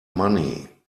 money